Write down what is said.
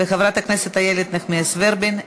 וחברת הכנסת איילת נחמיאס ורבין,